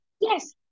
Yes